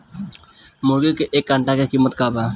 मुर्गी के एक अंडा के कीमत का बा?